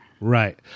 right